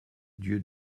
dieu